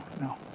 no